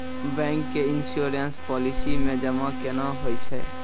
Bank के insurance policy मे जमा केना होय छै?